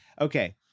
Okay